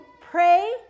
pray